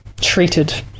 treated